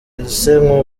ese